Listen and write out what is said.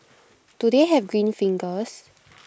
do they have green fingers